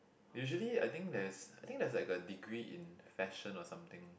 usually I think there's I think there's like a degree in fashion or something